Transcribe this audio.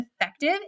effective